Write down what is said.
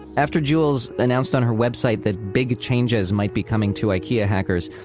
after jules announced on her website that big changes might be coming to ikea hackers,